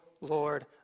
Lord